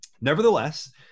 Nevertheless